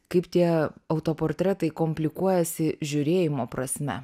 kaip tie autoportretai komplikuojasi žiūrėjimo prasme